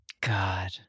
God